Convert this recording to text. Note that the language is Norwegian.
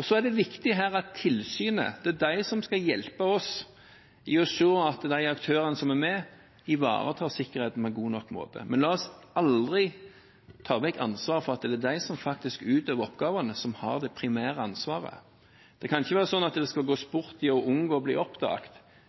Så er det viktig her at det er tilsynet som skal hjelpe oss til å se at de aktørene som er med, ivaretar sikkerheten på en god nok måte. Men la oss aldri ta vekk ansvaret for at det er de som faktisk utøver oppgavene, som har det primære ansvaret. Det kan ikke være slik at det skal gå sport i å unngå å bli